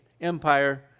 empire